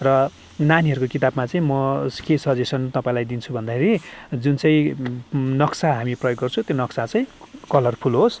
र नानीहरूको किताबमा चाहिँ म के सजेसन तपाईँलाई दिन्छु भन्दाखेरि जुन चाहिँ नक्सा हामी प्रयोग गर्छौँ त्यो नक्सा चाहिँ कलरफुल होस्